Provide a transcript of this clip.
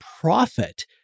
profit